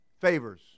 favors